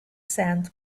sand